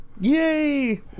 yay